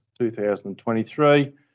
2023